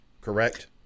correct